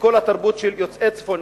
לכל התרבות של יוצאי צפון-אפריקה,